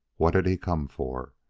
what had he come for?